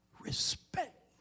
respect